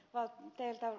arvoisa puhemies